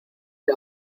que